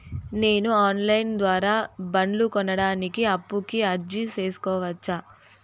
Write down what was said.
నేను online ద్వారా బండ్లు కొనడానికి అప్పుకి అర్జీ సేసుకోవచ్చా?